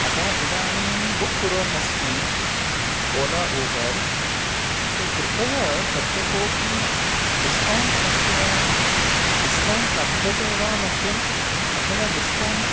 अतः इदानीं बुक् कुर्वन् अस्मि ओला उबर् सो कृपया तत्र कोपि डिस्कौण्ट् अस्ति वा डिस्कौण्ट् लभ्यते वा मह्यम् अथवा डिस्कौण्ट्